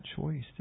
choice